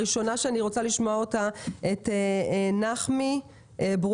הראשונה שאני רוצה לשמוע היא נחמי ברוכין,